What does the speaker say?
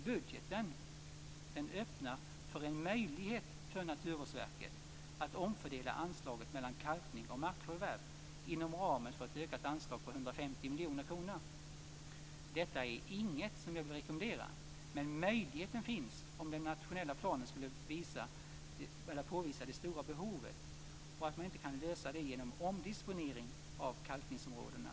Budgeten innebär en möjlighet för Naturvårdsverket att omfördela anslagen mellan kalkning och markförvärv inom ramen för ett ökat anslag på 150 miljoner kronor. Detta är inget som jag vill rekommendera, men möjligheten finns om den nationella planen skulle påvisa stora behov som inte kan lösas genom omdisponering av kalkningsområdena.